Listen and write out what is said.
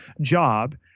job